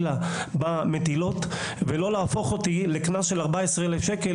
בלול הטלה שלא וידא כי המערכת לצינון הלול פועלת אם